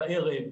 בערב,